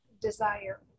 desire